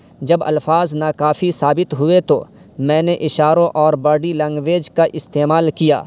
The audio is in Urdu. جب الفاظ ناکافی ثابت ہوئے تو میں نے اشاروں اور باڈی لینگویج کا استعمال کیا